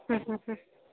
हं हं हं